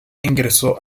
ingresó